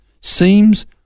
seems